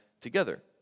together